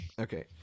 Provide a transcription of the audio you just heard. okay